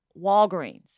Walgreens